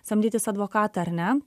samdytis advokatą ar ne